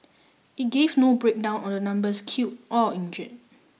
It gave no breakdown on the numbers killed or injured